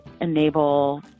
enable